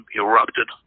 erupted